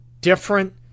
different